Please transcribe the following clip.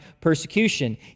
persecution